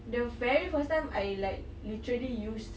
the very first time I like literally used